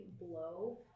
blow